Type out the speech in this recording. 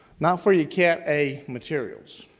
not for your cat a materials,